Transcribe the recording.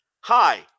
Hi